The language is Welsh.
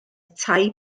tai